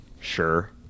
sure